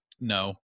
No